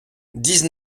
dix